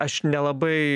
aš nelabai